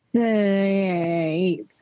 Eight